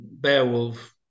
Beowulf